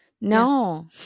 No